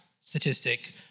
statistic